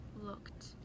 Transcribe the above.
looked